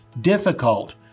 difficult